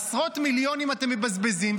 עשרות מיליונים אתם מבזבזים,